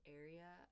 area